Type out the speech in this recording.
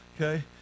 okay